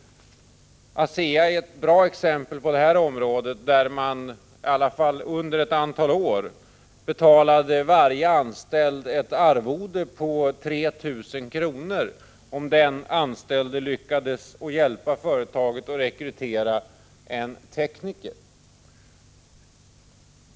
ASEA är ett bra exempel på detta område. Under ett antal år gav man varje anställd ett arvode på 3 000 kr., om han eller hon lyckades hjälpa företaget att rekrytera en tekniker.